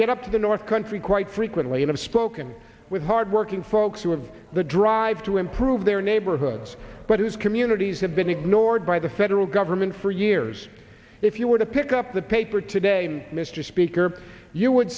get up to the north country quite frequently and i'm spoken with hardworking folks who have the drive to improve their neighborhoods but it is communities have been ignored by the federal government for years if you were to pick up the paper today mr speaker you would